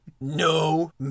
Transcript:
No